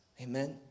Amen